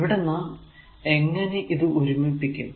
ഇവിടെ നാം എങ്ങനെ ഇത് ഒരുമിപ്പിക്കും